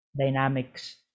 dynamics